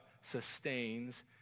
sustains